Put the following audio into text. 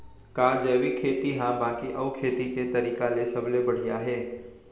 का जैविक खेती हा बाकी अऊ खेती के तरीका ले सबले बढ़िया हे?